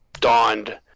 donned